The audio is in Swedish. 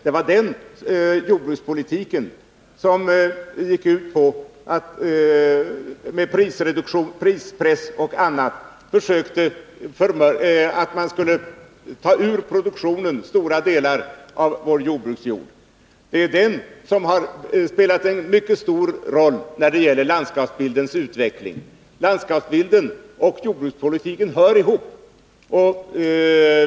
Dess jordbrukspolitik gick ut på att med prispress och annat ta stora delar av vår jordbruksjord ur produktion. Detta har spelat mycket stor roll för landskapsbildens utveckling. Landskapsbilden och jordbrukspolitiken hör ihop.